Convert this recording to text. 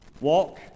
Walk